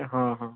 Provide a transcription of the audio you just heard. ହଁ ହଁ